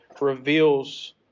reveals